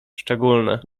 szczególne